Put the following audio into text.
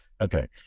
Okay